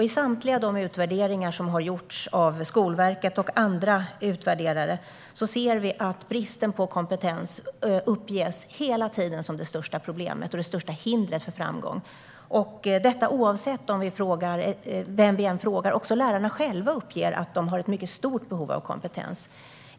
I samtliga de utvärderingar som har gjorts av Skolverket och andra utvärderare ser vi att bristen på kompetens hela tiden uppges som det största problemet och det största hindret för framgång, detta oavsett vem vi frågar. Också lärarna själva uppger att de har ett mycket stort behov av kompetens.